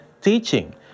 teaching